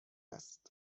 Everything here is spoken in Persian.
است